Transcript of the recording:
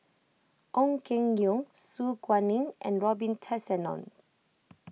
Ong Keng Yong Su Guaning and Robin Tessensohn